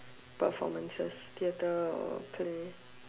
performances theatre or play